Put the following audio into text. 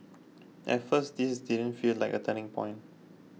at first this didn't feel like a turning point